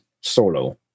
solo